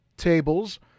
tables